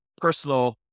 personal